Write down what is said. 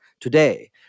today